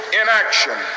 inaction